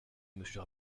monsieur